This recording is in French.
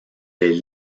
les